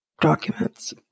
documents